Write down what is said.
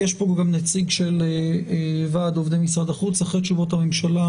נמצא כאן גם נציג ועד עובדי משרד החוץ ואחרי תשובות הממשלה,